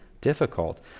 difficult